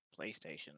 PlayStation